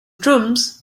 drums